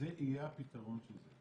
זה יהיה הפתרון של זה.